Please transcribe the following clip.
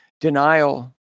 denial